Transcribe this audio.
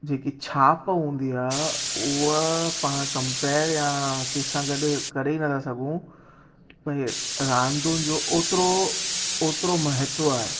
जेकी छाप हूंदी आहे उहा पाणि कंपेयर या कंहिं सां गॾु करे ई नथा सघूं भई रांदुनि जो ओतिरो ओतिरो महत्वु आहे